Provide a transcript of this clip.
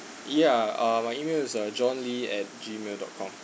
ya uh my email is uh john lee at gmail dot com